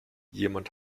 jemand